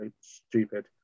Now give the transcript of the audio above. stupid